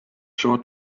short